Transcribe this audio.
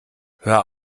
hör